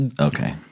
Okay